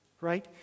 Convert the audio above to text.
right